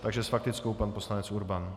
Takže s faktickou pan poslanec Urban.